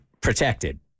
protected